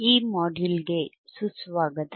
ಈ ಮಾಡ್ಯೂಲ್ಗೆ ಸುಸ್ವಾಗತ